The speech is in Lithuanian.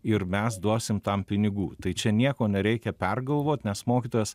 ir mes duosim tam pinigų tai čia nieko nereikia pergalvot nes mokytojas